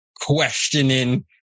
questioning